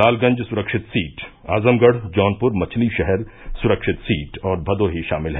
लालगंज सुरक्षित सीट आज़मगढ़ जौनपुर मछलीशहर सुरक्षित सीट और भदोही शामिल हैं